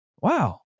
wow